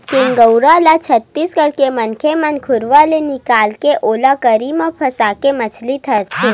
गेंगरूआ ल छत्तीसगढ़ के मनखे मन घुरुवा ले निकाले के ओला गरी म फंसाके मछरी धरथे